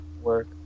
work